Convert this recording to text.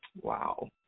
Wow